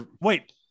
Wait